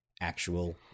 actual